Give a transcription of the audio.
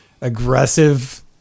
aggressive